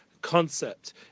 concept